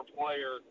player